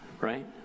right